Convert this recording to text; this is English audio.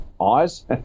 eyes